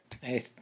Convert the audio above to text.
Hey